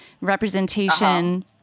representation